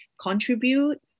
contribute